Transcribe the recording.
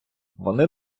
вони